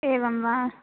एवं वा